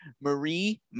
Marie